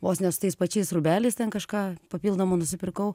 vos ne su tais pačiais rūbeliais ten kažką papildomo nusipirkau